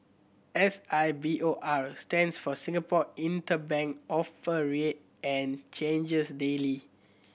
S I B O R stands for Singapore Interbank Offer Rate and changes daily